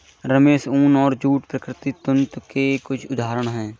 रेशम, ऊन और जूट प्राकृतिक तंतु के कुछ उदहारण हैं